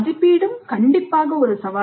மதிப்பீடும் ஒரு சவால்